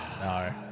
No